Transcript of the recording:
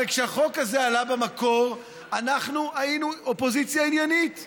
הרי כשהחוק הזה עלה במקור אנחנו היינו אופוזיציה עניינית.